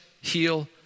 heal